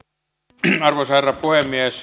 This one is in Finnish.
arvoisa herra puhemies